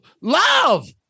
love